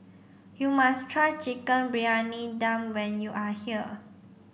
you must try chicken Briyani Dum when you are here